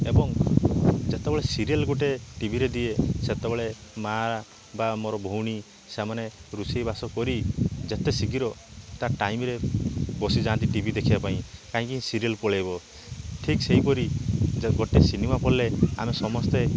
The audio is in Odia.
ଏବଂ ଯେତେବେଳେ ସିରିଏଲ ଗୋଟେ ଟିଭିରେ ଦିଏ ସେତେବେଳେ ମାଁ ବା ମୋର ଭଉଣୀ ସେମାନେ ରୋଷେଇ ବାସକରି ଯେତେ ଶୀଘ୍ର ତା ଟାଇମରେ ବସିଯାନ୍ତି ଟି ଭି ଦେଖିବା ପାଇଁ କାହିଁକି ସିରିଏଲ ପଳେଇବ ଠିକ୍ ସେଇପରି ଯ ଗୋଟେ ସିନେମା ପଡ଼ିଲେ ଆମେ ସମସ୍ତେ